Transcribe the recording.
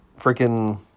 Freaking